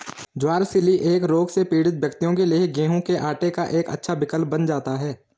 ज्वार celiac रोग से पीड़ित व्यक्तियों के लिए गेहूं के आटे का एक अच्छा विकल्प बन जाता है